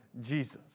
Jesus